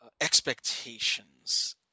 expectations